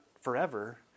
forever